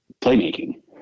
playmaking